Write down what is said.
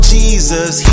Jesus